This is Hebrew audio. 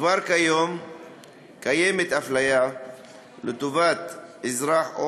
כבר כיום קיימת אפליה לטובת אזרח או